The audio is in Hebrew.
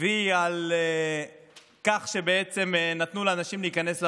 וי על כך שבעצם נתנו לאנשים להיכנס לוועדה.